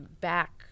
back